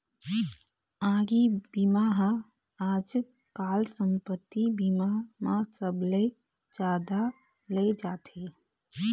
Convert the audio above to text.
आगी बीमा ह आजकाल संपत्ति बीमा म सबले जादा ले जाथे